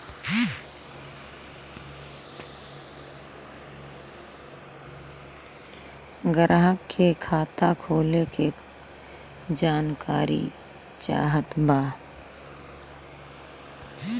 ग्राहक के खाता खोले के जानकारी चाहत बा?